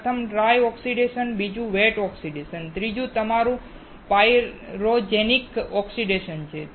પ્રથમ dry oxidation બીજું wet oxidation જ્યારે ત્રીજું તમારું પાઇરોજેનિક ઓક્સિડેશન છે